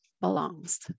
belongs